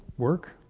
work,